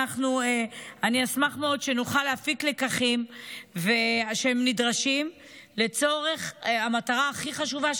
אשמח שנוכל להפיק לקחים שהם נדרשים לצורך המטרה הכי חשובה,